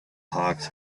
hawks